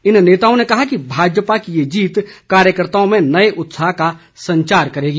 इन नेताओं ने कहा कि भाजपा की यह जीत कार्यकर्ताओं में नए उत्साह का संचार करेगी